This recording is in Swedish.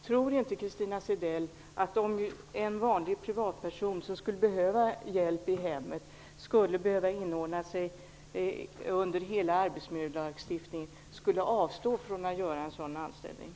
Tror inte Christina Zedell att en vanlig privatperson som behöver hjälp i hemmet skulle avstå från att göra en sådan anställning om han skulle behöva inordna sig under hela arbetsmiljölagstiftningen?